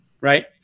Right